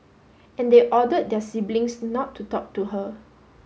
and they ordered their siblings not to talk to her